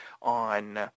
on